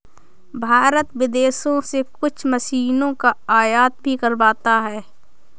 भारत विदेशों से कुछ मशीनों का आयात भी करवाता हैं